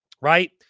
right